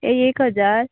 एक हजार